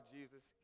Jesus